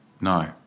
No